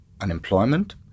unemployment